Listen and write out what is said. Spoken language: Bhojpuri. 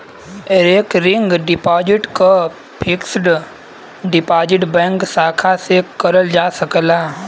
रेकरिंग डिपाजिट क फिक्स्ड डिपाजिट बैंक शाखा से करल जा सकला